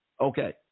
Okay